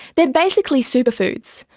they are basically super foods.